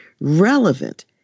relevant